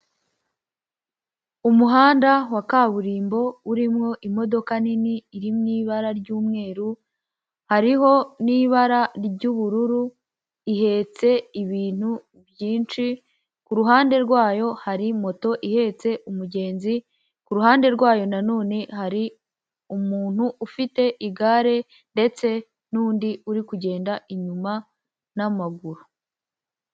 Umuhanda wa kaburimbo urimo imodoka nini iri mu ibara ry'umweru, hariho n'ibara ry'ubururu, ihetse ibintu byinshi ku ruhande rwayo hari moto ihetse umugenzi, ku ruhande rwayo nanone hari umuntu ufite igare ndetse n'undi uri kugenda inyuma n'amaguru.